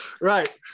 Right